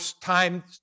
time